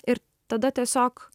ir tada tiesiog